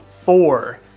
four